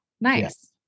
Nice